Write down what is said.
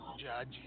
Judge